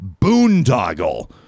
boondoggle